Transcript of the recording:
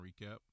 recap